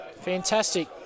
Fantastic